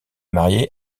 mariée